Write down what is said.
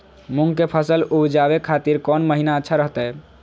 मूंग के फसल उवजावे खातिर कौन महीना अच्छा रहतय?